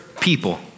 people